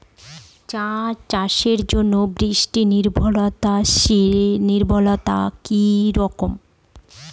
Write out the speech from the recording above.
চা চাষের জন্য বৃষ্টি নির্ভরশীলতা কী রকম?